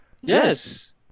Yes